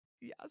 Yes